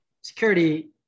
security